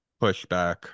pushback